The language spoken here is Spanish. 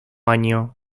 año